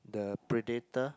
the Predator